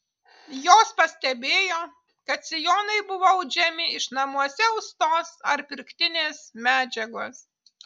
jos pastebėjo kad sijonai buvo audžiami iš namuose austos ar pirktinės medžiagos